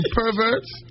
perverts